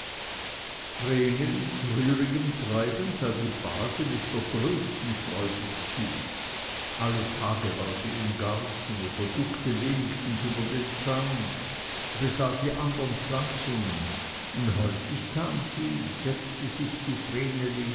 rührigem treiben sah die base mit der größten freude zu alle tage war sie im garten oder guckte wenigstens über den zaun besah die andern pflanzungen und häufig kam sie setzte sich